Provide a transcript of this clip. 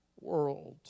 world